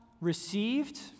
received